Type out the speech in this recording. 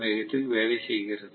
வேகத்தில் வேலை செய்கிறது